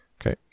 Okay